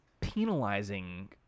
penalizing